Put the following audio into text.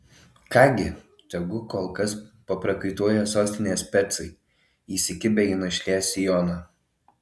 ką gi tegu kol kas paprakaituoja sostinės specai įsikibę į našlės sijoną